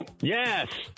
Yes